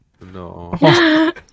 No